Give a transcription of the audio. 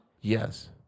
Yes